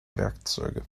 werkzeuge